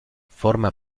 forma